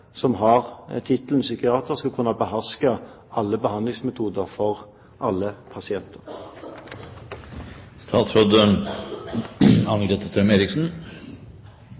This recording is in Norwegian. som har tittelen psykiater, skal kunne beherske alle behandlingsmetoder for alle